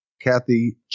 Kathy